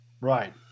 right